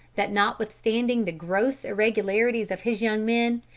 that notwithstanding the gross irregularities of his young men,